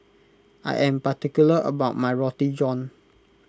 I am particular about my Roti John